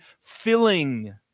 filling